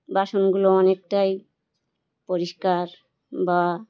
বাসনগুলো অনেকটাই পরিষ্কার বা